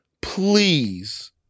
please